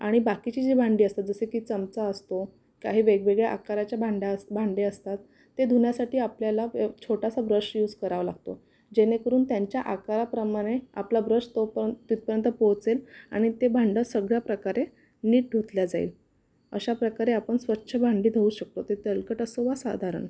आणि बाकीची जे भांडी असतात जसे की चमचा असतो काही वेगवेगळ्या आकाराच्या भांड्या भांडे असतात ते धुण्यासाठी आपल्याला छोटासा ब्रश यूज करावा लागतो जेणेकरून त्यांच्या आकाराप्रमाणे आपला ब्रश तो पण तिथपर्यंत पोहोचेल आणि ते भांडं सगळ्या प्रकारे नीट धुतलं जाईल अशा प्रकारे आपण स्वच्छ भांडे धुवू शकतो ते तेलकट असो वा साधारण